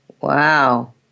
Wow